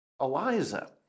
Eliza